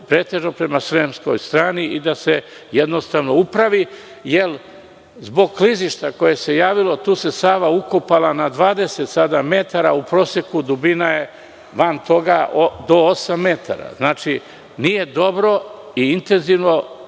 pretežno prema sremskoj strani i da se jednostavno upravi, jer zbog klizišta koje se javilo, tu se Sava ukopala sada na 20 metara, u proseku dubina je van toga do osam metara. Znači, nije dobro i intenzivno